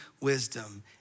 wisdom